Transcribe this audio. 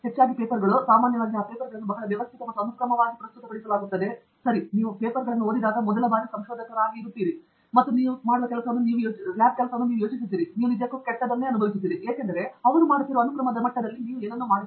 ಆ ಪೇಪರ್ಗಳು ಹೆಚ್ಚಾಗಿ ಸಾಮಾನ್ಯವಾಗಿ ಯಾವಾಗಲೂ ಆ ಪೇಪರ್ಗಳನ್ನು ಬಹಳ ವ್ಯವಸ್ಥಿತ ಮತ್ತು ಅನುಕ್ರಮವಾಗಿ ಪ್ರಸ್ತುತಪಡಿಸಲಾಗುತ್ತದೆ ಸರಿ ಮತ್ತು ನೀವು ಆ ಪೇಪರ್ಗಳನ್ನು ಓದಿದಾಗ ಮೊದಲ ಬಾರಿ ಸಂಶೋಧಕರಾಗಿರುತ್ತೀರಿ ಮತ್ತು ನೀವು ಮಾಡುವ ಕೆಲಸವನ್ನು ನೀವು ಯೋಚಿಸುತ್ತೀರಿ ಲ್ಯಾಬ್ ನೀವು ನಿಜಕ್ಕೂ ಕೆಟ್ಟದ್ದನ್ನು ಅನುಭವಿಸುತ್ತೀರಿ ಏಕೆಂದರೆ ಅವರು ಅದನ್ನು ಮಾಡುತ್ತಿರುವ ಅನುಕ್ರಮದ ಮಟ್ಟದಲ್ಲಿ ನೀವು ಏನು ಮಾಡುತ್ತಿಲ್ಲ